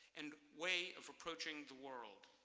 and way of approaching the world.